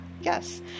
Yes